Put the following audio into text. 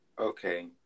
okay